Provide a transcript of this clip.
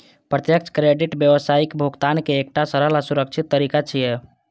प्रत्यक्ष क्रेडिट व्यावसायिक भुगतान के एकटा सरल आ सुरक्षित तरीका छियै